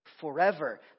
Forever